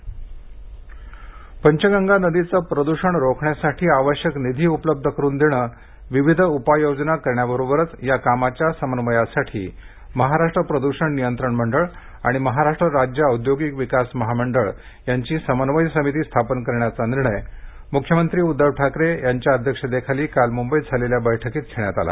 पचगंगा प्रदषण पंचगंगा नदीचं प्रदूषण रोखण्यासाठी आवश्यक निधी उपलब्ध करून देणं विविध उपाययोजना करण्याबरोबरच या कामाच्या समन्वयासाठी महाराष्ट्र प्रदूषण नियंत्रण मंडळ आणि महाराष्ट्र राज्य औद्योगिक विकास महामंडळ यांची समन्वय समिती स्थापन करण्याचा निर्णय मुख्यमंत्री उद्दव ठाकरे यांच्या अध्यक्षतेखाली काल मुंबईत झालेल्या बैठकीत घेण्यात आला